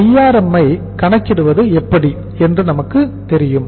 DRM ஐ கணக்கிடுவது எப்படி என்று நமக்குத் தெரியும்